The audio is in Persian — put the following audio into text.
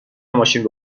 ماشین